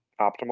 optimal